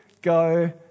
go